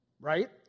right